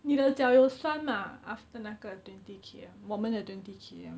你的脚有酸吗 after 那个 twenty K_M 我们的 twenty K_M